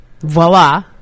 voila